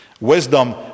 Wisdom